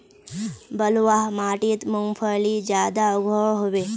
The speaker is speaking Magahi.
बलवाह माटित मूंगफली ज्यादा उगो होबे?